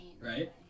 Right